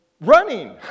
running